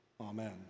Amen